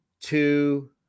two